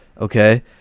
okay